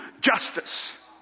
justice